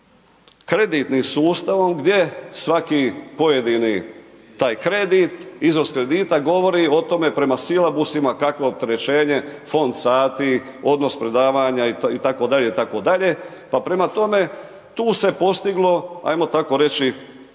kreditnim sustavom gdje svaki pojedini taj kredit, iznos kredita govori o tome prema silabusima kakvo je opterećenje, fond sati, odnos predavanja itd., itd. pa prema tome, tu se postiglo ajmo tako reći